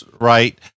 right